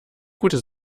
gute